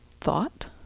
thought